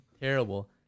Terrible